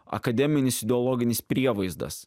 akademinis ideologinis prievaizdas